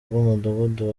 bw’umudugudu